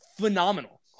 phenomenal